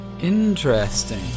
Interesting